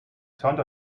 turned